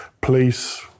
police